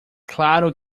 claro